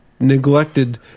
neglected